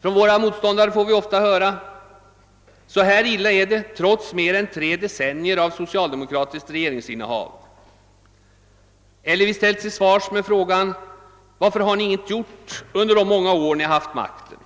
Från våra motståndare får vi ofta höra: »Så här illa är det trots mer än tre decennier av socialdemokratiskt regeringsinnehav.» Eller vi ställs till svars med frågan: »Varför har ni inget gjort under de många år ni haft makten?»